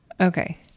Okay